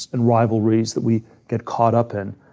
and rivalries that we get caught up in.